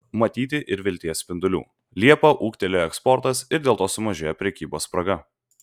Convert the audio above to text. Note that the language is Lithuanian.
matyti ir vilties spindulių liepą ūgtelėjo eksportas ir dėl to sumažėjo prekybos spraga